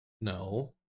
No